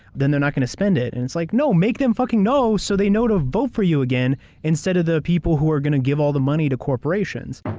then they're not gonna spend it. and it's like, no make them fucking know so they know to vote for you again instead of the people who are gonna give all the money to corporations.